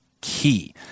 key